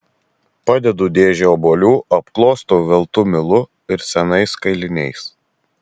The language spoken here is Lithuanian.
padedu dėžę obuolių apklostau veltu milu ir senais kailiniais